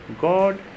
God